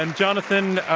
and, jonathan,